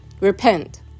Repent